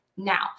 Now